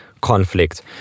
conflict